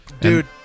Dude